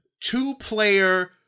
two-player